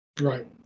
Right